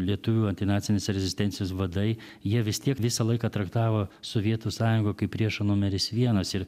lietuvių antinacinės rezistencijos vadai jie vis tiek visą laiką traktavo sovietų sąjungą kaip priešą numeris vienas ir